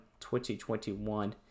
2021